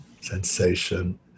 sensation